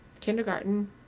kindergarten